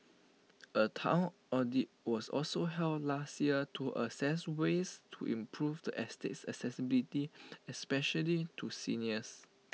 A Town audit was also held last year to assess ways to improve the estate's accessibility especially to seniors